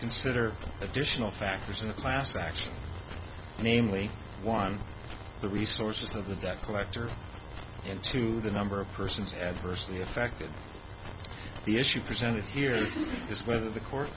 consider additional factors in a class action namely one the resources of the debt collector into the number of persons adversely affected the issue presented here is whether the court